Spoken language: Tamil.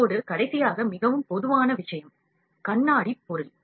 இப்போது கடைசியாக மிகவும் பொதுவான விஷயம் கண்ணாடி பொருள்